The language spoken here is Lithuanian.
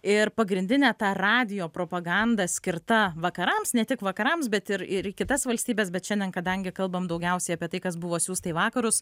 ir pagrindinė ta radijo propaganda skirta vakarams ne tik vakarams bet ir ir į kitas valstybes bet šiandien kadangi kalbam daugiausiai apie tai kas buvo siųsta į vakarus